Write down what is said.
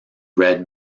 read